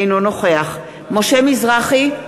אינו נוכח משה מזרחי,